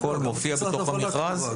מופיע בתוך המכרז?